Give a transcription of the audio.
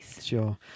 Sure